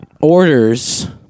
orders